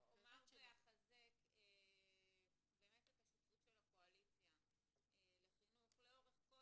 אני אומר ואחזק את השותפות של הקואליציה לחינוך לאורך כל